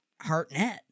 hartnett